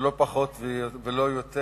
ולא פחות ולא יותר